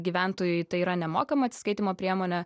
gyventojui tai yra nemokama atsiskaitymo priemonė